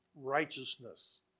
righteousness